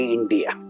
India